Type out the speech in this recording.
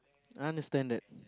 I understand that